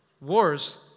wars